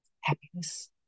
happiness